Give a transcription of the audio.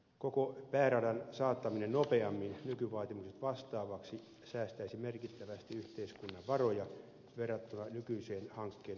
koko pääradan saattaminen nopeammin nykyvaatimuksia vastaavaksi säästäisi merkittävästi yhteiskunnan varoja verrattuna nykyiseen hankkeen toteuttamistapaan